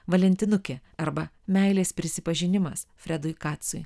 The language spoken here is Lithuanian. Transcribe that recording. valentinukė arba meilės prisipažinimas fredui kacui